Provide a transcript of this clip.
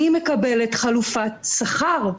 אני מקבלת חלופת שכר.